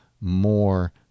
more